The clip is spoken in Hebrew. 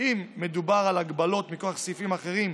אם מדובר על הגבלות מכוח סעיפים אחרים,